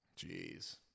Jeez